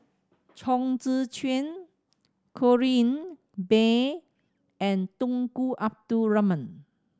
Chong Tze Chien Corrinne Bay and Tunku Abdul Rahman